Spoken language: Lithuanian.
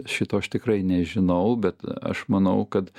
šito aš tikrai nežinau bet aš manau kad